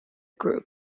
group